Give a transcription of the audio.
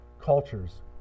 Cultures